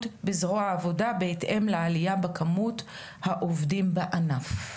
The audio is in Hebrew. בזרוע העבודה בהתאם לעלייה בכמות העובדים בענף.